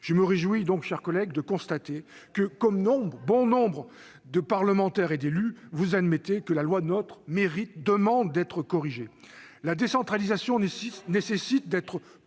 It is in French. Je me réjouis donc, chers collègues, de constater que, comme bon nombre de parlementaires et d'élus, vous admettez que la loi NOTRe demande d'être corrigée. Elle a été adoptée